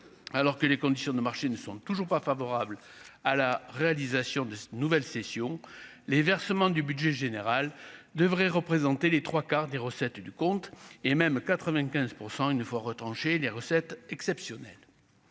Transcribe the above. alors que les conditions de marché ne sont toujours pas favorables à la réalisation de une nouvelle session les versements du budget général devrait représenter les 3 quarts des recettes du compte et même 95 % une fois les recettes exceptionnelles